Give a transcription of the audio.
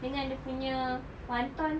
dengan dia punya wanton